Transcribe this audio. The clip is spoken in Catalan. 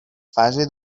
fase